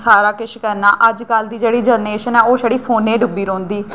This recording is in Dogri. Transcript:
सारा किश करना अजकल दी जेह्ड़ी जरनेशन ऐ ओह् छड़ी फोनें डुब्बी रौंह्दी